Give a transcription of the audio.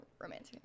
romantic